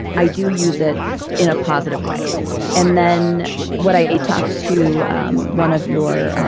i do use it in a positive way and then what i talked to um one of your